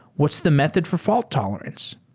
what's the method for fault tolerance?